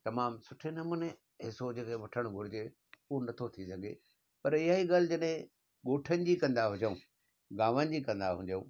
तमामु सुठे नमूने ऐं सौ जॻहि वठणु घुरिजे उहो नथो थी सघे पर इहा ई ॻाल्हि जॾहिं ॻोठनि जी कंदा हुजूं गांवनि जी कंदा हुजूं